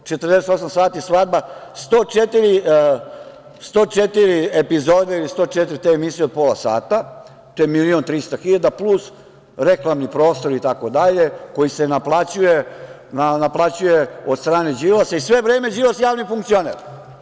Takođe, "48 sati svadba" 104 epizode ili 104 emisije od pola sata, to je milion i trista hiljada, plus reklamni prostor itd, koji se naplaćuje od strane Đilasa i sve vreme je Đilas javni funkcioner.